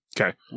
Okay